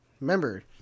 remember